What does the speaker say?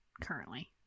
currently